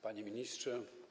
Panie Ministrze!